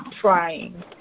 trying